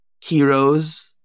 heroes